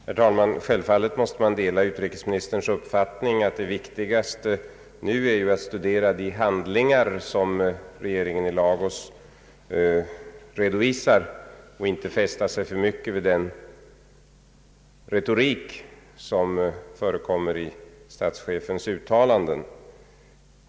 Herr talman! Självfallet måste man dela utrikesministerns uppfattning att det viktigaste nu är att studera de handlingar som regeringen i Lagos redovisar och inte fästa sig för mycket vid den retorik som förekommer i statschefens uttalanden.